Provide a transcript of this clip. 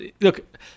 look